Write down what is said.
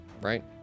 right